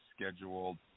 scheduled